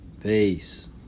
Peace